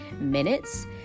minutes